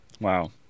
Wow